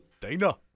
Dana